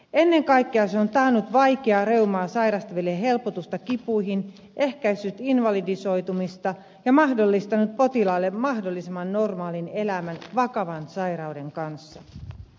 ennen kaikkea se on taannut vaikeaa reumaa sairastaville helpotusta kipuihin ehkäissyt invalidisoitumista ja mahdollistanut potilaille mahdollisimman normaalin elämän vakavan sairauden kanssa